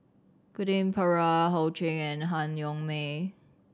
Quentin Pereira Ho Ching and Han Yong May